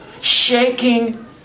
shaking